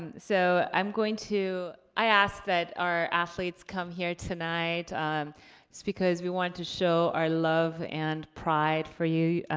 and so, i'm going to, i asked that our athletes come here tonight, just because we wanted to show our love and pride for you.